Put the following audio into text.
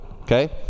okay